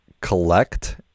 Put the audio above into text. collect